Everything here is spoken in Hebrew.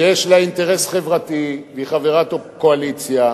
שיש לה אינטרס חברתי והיא חברת קואליציה,